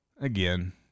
Again